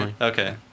okay